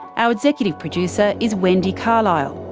our executive producer is wendy carlisle,